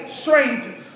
strangers